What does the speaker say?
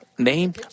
Name